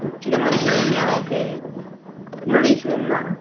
chicken Manchuria ఉందా okay noodles ఉందా